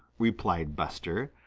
replied buster,